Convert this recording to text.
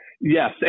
Yes